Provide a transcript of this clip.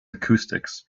acoustics